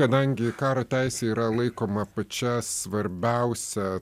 kadangi karo teisė yra laikoma pačia svarbiausia